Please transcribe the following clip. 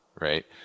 right